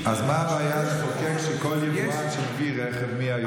אז מה הבעיה לחוקק שכל יבואן שמביא רכב מהיום?